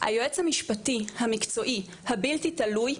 היועץ המשפטי המקצועי הבלתי תלוי,